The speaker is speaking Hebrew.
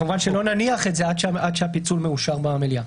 כמובן שלא נניח את זה עד שהפיצול מאושר במליאה.